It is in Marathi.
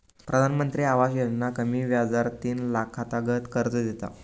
प्रधानमंत्री आवास योजना कमी व्याजार तीन लाखातागत कर्ज देता